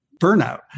burnout